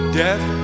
death